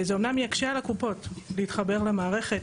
זה אומנם יקשה על הקופות בהתחבר למערכת.